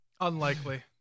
Unlikely